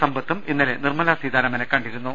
സമ്പത്തും ഇന്നലെ നിർമലാ സീതാരാമനെ കണ്ടിരുന്നു